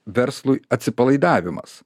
verslui atsipalaidavimas